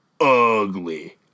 ugly